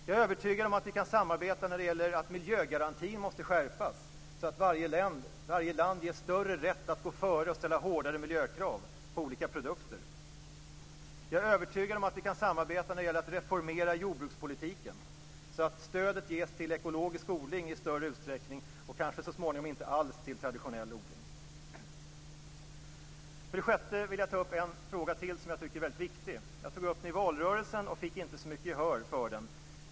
Jag är övertygad om att vi kan samarbeta när det gäller detta med att miljögarantin måste skärpas så att varje land ges en större rätt att gå före och ställa hårdare miljökrav på olika produkter. Jag är övertygad om att vi kan samarbeta när det gäller att reformera jordbrukspolitiken så att stödet i större utsträckning ges till ekologisk odling, och kanske så småningom inte alls till traditionell odling. För det sjätte vill jag ta upp en fråga till som jag tycker är väldigt viktig. Jag tog upp den i valrörelsen men fick inte så mycket gehör för den.